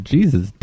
Jesus